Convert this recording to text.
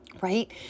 right